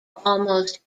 almost